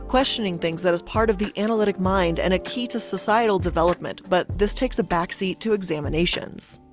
questioning things that is part of the analytic mind and a key to societal development, but this takes a backseat to examinations.